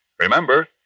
Remember